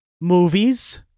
Movies